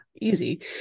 easy